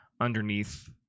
Underneath